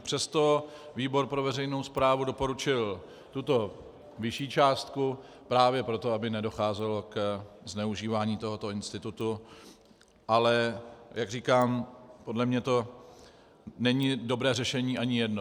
Přesto výbor pro veřejnou správu doporučil tuto vyšší částku právě proto, aby nedocházelo ke zneužívání tohoto institutu, ale jak říkám, podle mě není dobré řešení ani jedno.